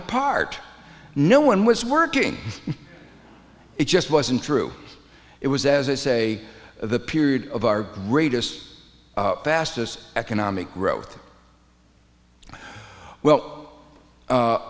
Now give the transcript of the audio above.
apart no one was working it just wasn't true it was as i say the period of our greatest fastest economic growth well